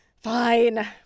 fine